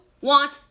want